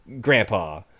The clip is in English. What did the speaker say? grandpa